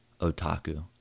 otaku